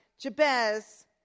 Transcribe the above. Jabez